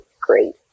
great